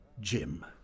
Jim